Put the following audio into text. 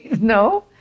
No